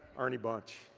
arnie bunch.